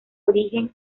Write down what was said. origen